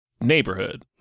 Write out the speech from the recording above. neighborhood